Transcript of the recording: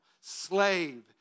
slave